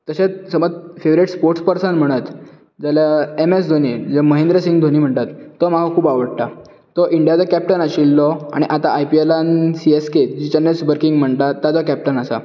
तशेंच समज favourite sports person म्हणत जाल्यार एम एस धोणी जे महिंद्र सिंग धोणी म्हणू येता तो म्हाका खूब आवडटा तो इंडियाचो कॅपटन आशिल्लो आनी आता आयपिएलांत सि एस के जी चन्नय सुपर किंग्स म्हणटात तेजो कॅपटन आसा